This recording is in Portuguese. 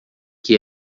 que